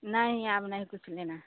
नहीं अब नहीं कुछ लेना है